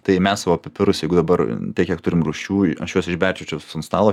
tai mes va pipirus jeigu dabar tai kiek turim rūšių aš juos išberčiau čia ant stalo